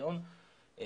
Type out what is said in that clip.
מיליון שקלים.